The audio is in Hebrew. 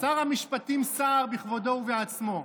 שר המשפטים סער בכבודו ובעצמו,